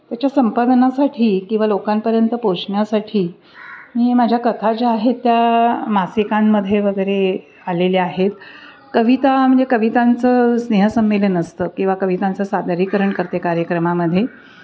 त्याच्या संपादनासाठी किंवा लोकांपर्यंत पोचण्यासाठी मी माझ्या कथा ज्या आहेत त्या मासिकांमध्ये वगैरे आलेल्या आहेत कविता म्हणजे कवितांचं स्नेहसंमेलन असतं किंवा कवितांचं सादरीकरण करते कार्यक्रमामध्ये